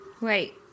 Wait